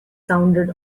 sounded